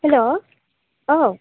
हेल' औ